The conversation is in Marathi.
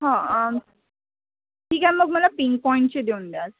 ह ठीक आहे मग मला पिंकपॉईंटचे देऊन द्याल